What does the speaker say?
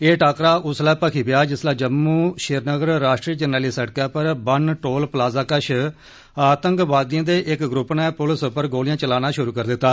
एह टाकरा उसलै भखी पेया जिसलै जम्मू श्रीनगर राष्ट्रीय जरनैली शिड़क उप्पर बन टोल प्लाज़ा कश आंतकवादिएं दे इक ग्रूप नै पुलस उप्पर गोलियां चलाना शुरू करी दिता